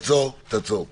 תעצור פה.